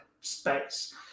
space